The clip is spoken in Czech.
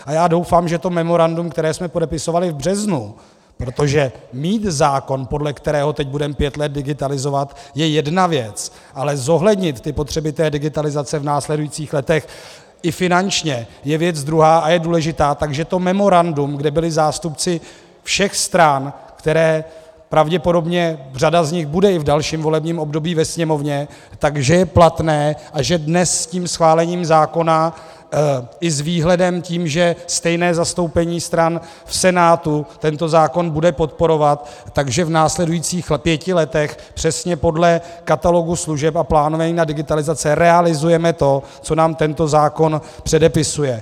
A já doufám, že to memorandum, které jsme podepisovali v březnu protože mít zákon, podle kterého teď budeme pět let digitalizovat, je jedna věc, ale zohlednit potřeby digitalizace v následujících letech i finančně je věc druhá a je důležitá že to memorandum, kde byli zástupci všech stran, kde pravděpodobně řada z nich bude i v dalším volebním období ve Sněmovně, je platné a že dnes tím schválením zákona i s výhledem tím, že stejné zastoupení stran v Senátu tento zákon bude podporovat, že v následujících pěti letech přesně podle katalogu služeb a plánované digitalizace realizujeme to, co nám tento zákon předepisuje.